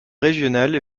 régionale